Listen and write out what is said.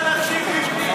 כבוד הנשיא ריבלין.